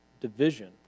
division